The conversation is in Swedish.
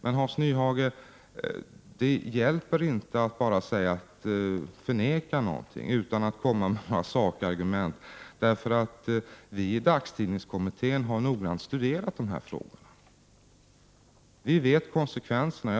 Men, Hans Nyhage, man kan inte förneka något utan att komma med några sakargument. Vi som ingår i dagstidningskommittén har nämligen noga studerat dessa frågor, och vi vet vilka konsekvenser de skulle få.